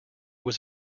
was